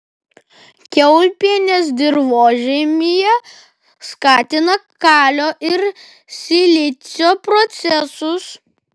kiaulpienės dirvožemyje skatina kalio ir silicio procesus